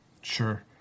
Sure